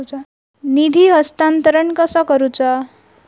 निधी हस्तांतरण कसा करुचा?